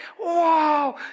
Wow